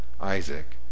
Isaac